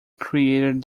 created